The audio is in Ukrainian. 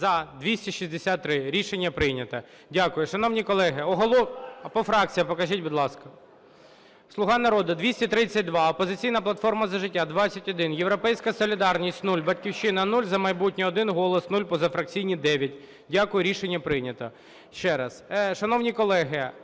За-263 Рішення прийнято. Дякую. Шановні колеги…. По фракціях покажіть, будь ласка. "Слуга народу" – 232, "Опозиційна платформа – За життя" -21, "Європейська солідарність" – 0, "Батьківщина" – 0, "За майбутнє" – 1, "Голос" – 0, позафракційні – 9. Дякую. Рішення прийнято. Ще раз, шановні колеги,